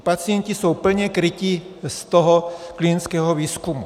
Pacienti jsou plně kryti z toho klientského výzkumu.